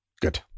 Good